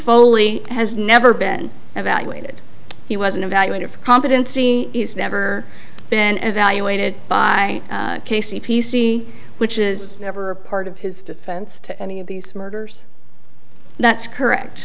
foley has never been evaluated he wasn't evaluated for competency he's never been evaluated by casey p c which is never a part of his defense to any of these murders that's